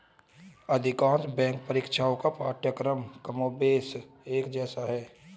अधिकांश बैंक परीक्षाओं का पाठ्यक्रम कमोबेश एक जैसा है